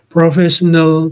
Professional